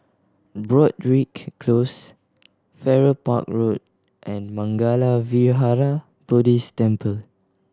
Broadrick Close Farrer Park Road and Mangala Vihara Buddhist Temple